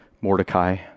Mordecai